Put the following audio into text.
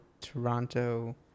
Toronto